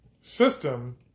system